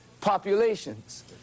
populations